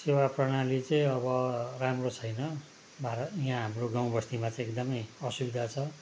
सेवा प्रणाली चाहिँ अब राम्रो छैन भारत यहाँ हाम्रो गाउँबस्तीमा चाहिँ एकदमै असुविधा छ